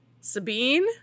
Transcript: Sabine